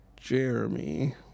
Jeremy